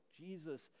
Jesus